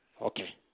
Okay